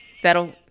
That'll